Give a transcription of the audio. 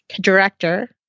director